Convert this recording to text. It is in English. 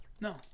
No